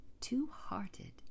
Two-Hearted